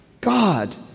God